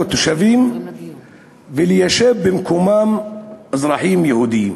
תושבים וליישב במקומם אזרחים יהודים.